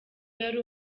yari